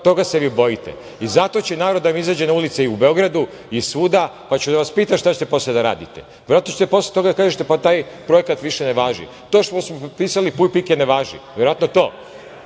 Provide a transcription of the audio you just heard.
toga se vi bojite. Zato će narod da vam izađe na ulice i u Beogradu, i svuda, pa ću da vas pitam šta ćete posle da radite. Verovatno ćete posle toga da kažete, pa taj projekat više ne važi, to što smo potpisali, „puj pike ne važi“, verovatno to.